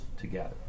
together